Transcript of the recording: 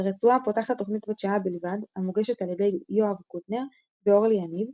תוכנית בה שודרו רק שירי שנות ה-90.